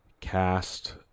cast